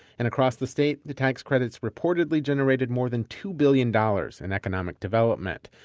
and across the state, the tax credit's reportedly generated more than two billion dollars in economic development.